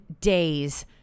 days